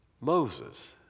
Moses